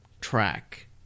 track